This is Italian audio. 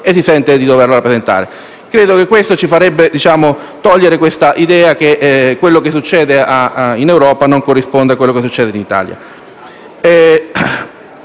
ci si sente di doverla rappresentare. Credo che questo ci toglierebbe dalla mente l'idea che quello che accade in Europa non corrisponde a quello che succede in Italia.